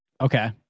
Okay